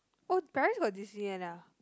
oh Paris got Disneyland ah